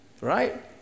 right